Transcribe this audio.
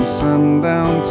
sundown